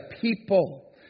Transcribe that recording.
people